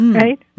right